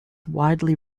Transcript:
widely